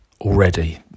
already